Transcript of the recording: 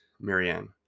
Marianne